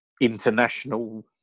international